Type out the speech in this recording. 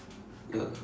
ya